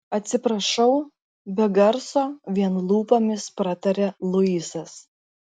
atsiprašau be garso vien lūpomis prataria luisas